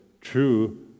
true